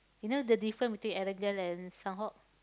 you know the different between Erangel and Sanhok